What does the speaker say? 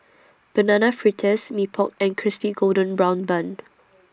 Banana Fritters Mee Pok and Crispy Golden Brown Bun